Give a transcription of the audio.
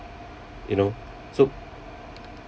you know so